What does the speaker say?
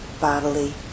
bodily